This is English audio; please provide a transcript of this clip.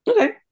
okay